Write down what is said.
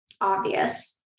obvious